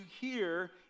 hear